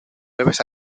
leves